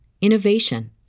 innovation